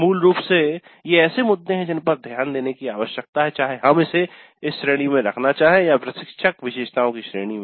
मूल रूप से ये ऐसे मुद्दे हैं जिन पर ध्यान देने की आवश्यकता है चाहे हम इसे इस श्रेणी में रखना चाहें या प्रशिक्षक विशेषताओं की श्रेणी में